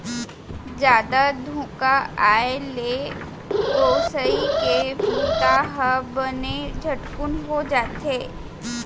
जादा धुका आए ले ओसई के बूता ह बने झटकुन हो जाथे